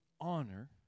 honor